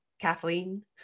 Kathleen